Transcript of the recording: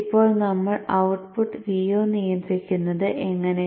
ഇപ്പോൾ നമ്മൾ output Vo നിയന്ത്രിക്കുന്നത് എങ്ങനെ